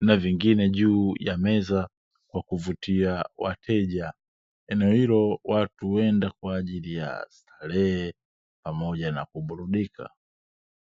na vingine juu ya meza kwa kuvutia wateja. Eneo hilo watu huenda kwa ajili ya starehe pamoja na kuburudika.